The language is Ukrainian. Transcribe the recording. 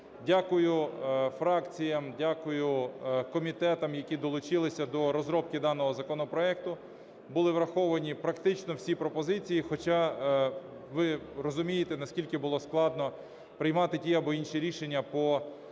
Дякую фракціям, дякую комітетам, які долучилися до розробки даного законопроекту. Були враховані практично всі пропозиції. Хоча ви розумієте, наскільки було складно приймати ті або інші рішення по